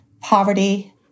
Poverty